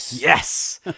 yes